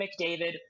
McDavid